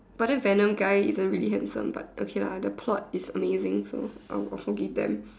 but then Venom guy isn't really handsome but okay lah the plot is amazing so I'll I'll forgive them